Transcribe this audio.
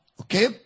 Okay